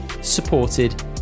supported